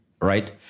right